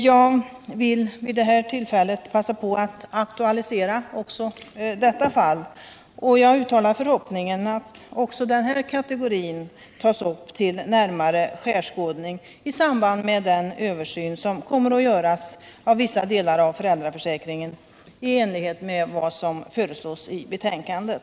Jag vill vid detta tillfälle passa på att aktualisera också sådana fall, och jag uttalar förhoppningen att också denna kategori tas upp till närmare skärskådning i samband med den översyn av vissa delar av föräldraförsäkringen som kommer att göras i enlighet med vad som föreslås i betänkandet.